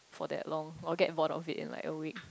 for that long I'll get bored of it in like a week